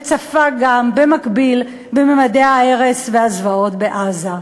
וצפה במקביל גם בממדי ההרס והזוועות בעזה.